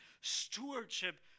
stewardship